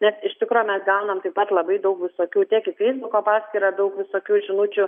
nes iš tikro mes gaunam taip pat labai daug visokių tiek į feisbuko paskyrą daug visokių žinučių